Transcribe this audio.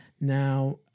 Now